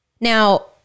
Now